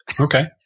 Okay